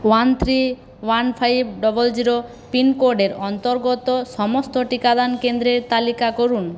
one three one five double zero পিনকোডের অন্তর্গত সমস্ত টিকাদান কেন্দ্রের তালিকা করুন